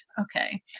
okay